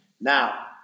Now